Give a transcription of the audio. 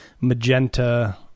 magenta